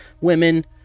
women